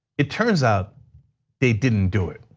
it turns out they didn't do it.